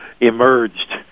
emerged